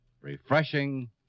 refreshing